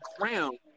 ground